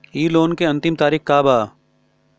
इ लोन के अन्तिम तारीख का बा?